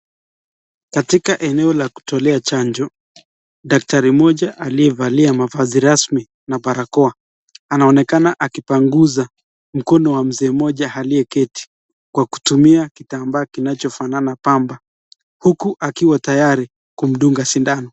Katika eneo la kutolea chanjo, daktari mmoja aliyevaa mavazi rasmi na barakoa anaonekana akipanguza mkono wa mzee mmoja aliyeketi kwa kutumia kitambaa kinachofanana pamba, huku akiwa tayari kumdunga sindano.